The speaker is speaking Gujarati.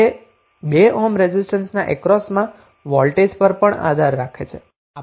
તે 2 ઓહ્મ રેઝિસ્ટન્સના અક્રોસમાં વોલ્ટેજ પર પણ આધાર રાખે છે